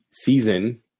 season